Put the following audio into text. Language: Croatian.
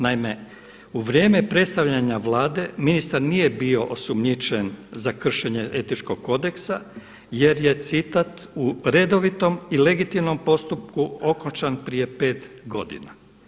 Naime, u vrijeme predstavljanja Vlade ministar nije bio osumnjičen za kršenje etičkog kodeksa jer je citat u redovitom i legitimnom postupku okončan prije 5 godina.